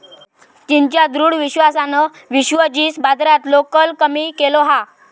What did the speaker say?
चीनच्या दृढ विश्वासान विश्व जींस बाजारातलो कल कमी केलो हा